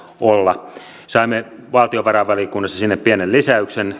olla saimme valtiovarainvaliokunnassa sinne pienen lisäyksen